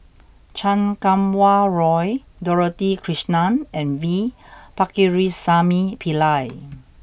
Chan Kum Wah Roy Dorothy Krishnan and V Pakirisamy Pillai